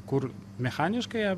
kur mechaniškai